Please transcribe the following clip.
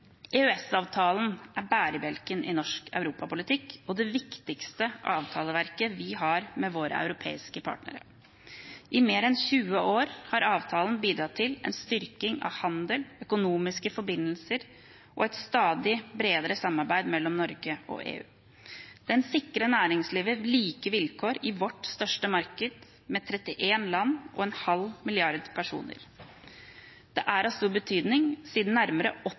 er bærebjelken i norsk europapolitikk og det viktigste avtaleverket vi har med våre europeiske partnere. I mer enn 20 år har avtalen bidratt til en styrking av handel, økonomiske forbindelser og et stadig bredere samarbeid mellom Norge og EU. Den sikrer næringslivet like vilkår i vårt største marked, med 31 land og en halv milliard personer. Det er av stor betydning, siden nærmere